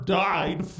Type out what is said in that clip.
died